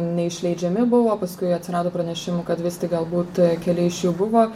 neišleidžiami buvo paskui atsirado pranešimų kad vis tik galbūt keli iš jų buvo